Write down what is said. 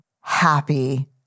happy